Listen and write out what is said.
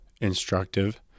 instructive